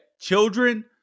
children